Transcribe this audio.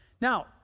Now